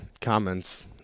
comments